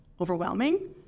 overwhelming